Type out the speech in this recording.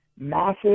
massive